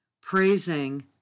praising